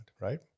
right